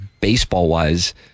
baseball-wise